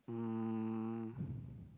um